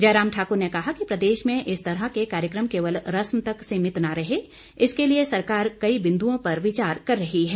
जयराम ठाकुर ने कहा कि प्रदेश में इस तरह के कार्यक्रम केवल रस्म तक सीमित न रहे इसके लिए सरकार कई बिन्दुओं पर विचार कर रही है